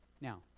Now